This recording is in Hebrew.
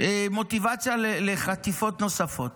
מוטיבציה לחטיפות נוספות.